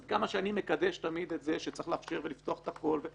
עד כמה שאני מקדש את זה שתמיד צריך לאפשר ולפתוח את הכול,